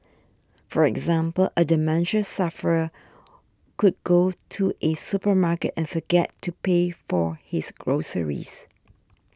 for example a dementia sufferer could go to a supermarket and forget to pay for his groceries